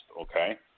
Okay